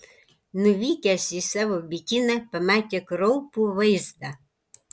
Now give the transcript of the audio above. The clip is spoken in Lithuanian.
nuvykęs į savo bityną pamatė kraupų vaizdą